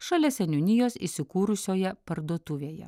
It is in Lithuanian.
šalia seniūnijos įsikūrusioje parduotuvėje